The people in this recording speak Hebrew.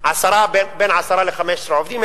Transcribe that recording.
בין 10 ל-15 עובדים,